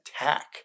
attack